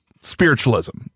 spiritualism